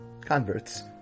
converts